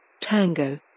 Tango